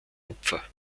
opfer